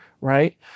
right